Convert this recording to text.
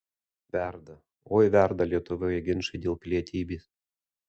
verda oi verda lietuvoje ginčai dėl pilietybės